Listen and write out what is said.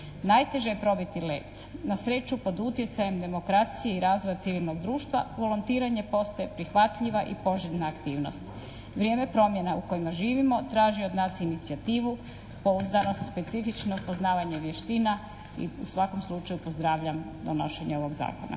Najteže je probiti led, na sreću pod utjecajem demokracije i razvoja civilnog društva volontiranje postaje prihvatljiva i poželjna aktivnost. Vrijeme promjena u kojima živimo traži od nas inicijativu, pouzdanost, specifično poznavanje vještina i u svakom slučaju pozdravljam donošenje ovog zakona